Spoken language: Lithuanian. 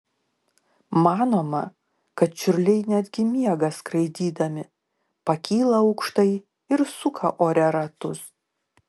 manoma kad čiurliai netgi miega skraidydami pakyla aukštai ir suka ore ratus